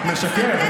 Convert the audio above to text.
קודם כול, את משקרת.